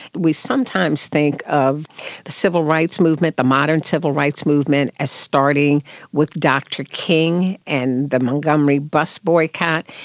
we sometimes think of the civil rights movement, the modern civil rights movement as starting with dr king and the montgomery bus boycott.